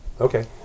Okay